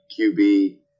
QB